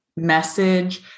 message